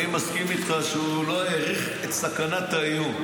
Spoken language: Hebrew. אני מסכים איתך שהוא לא העריך את סכנת האיום.